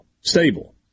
stable